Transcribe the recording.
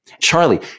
Charlie